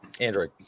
Android